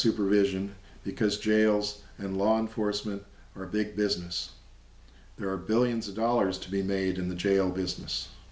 supervision because jails and law enforcement are big business there are billions of dollars to be made in the jail business